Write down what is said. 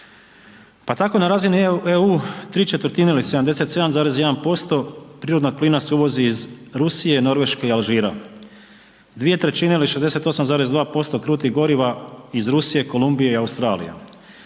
Pa tako na razini EU 3/4 ili 77,1% prirodnog plina se uvozi iz Rusije, Norveške i Alžira. 2/3 ili 68,2% krutih goriva iz Rusije, Kolumbije i Australije